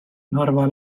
narva